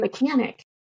mechanic